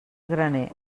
graner